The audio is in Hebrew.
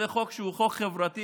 זה חוק שהוא חוק חברתי,